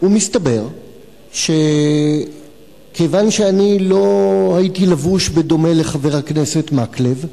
ומסתבר שכיוון שאני לא הייתי לבוש בדומה לחבר הכנסת מקלב,